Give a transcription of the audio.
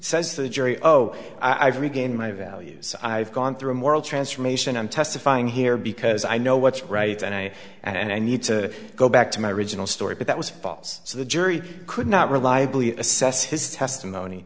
says the jury oh i've regained my values i've gone through a moral transformation i'm testifying here because i know what's right and i and i need to go back to my original story but that was false so the jury could not reliably assess his testimony